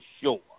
sure